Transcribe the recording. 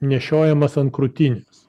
nešiojamas ant krūtinės